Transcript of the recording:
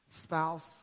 spouse